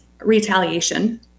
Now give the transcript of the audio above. retaliation